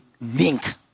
link